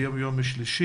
היום יום שלישי,